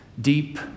deep